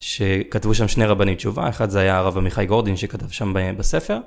שכתבו שם שני רבני תשובה, אחד זה היה הרב עמיחי גורדין שכתב שם בספר.